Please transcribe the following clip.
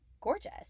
gorgeous